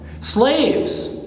Slaves